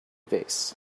vase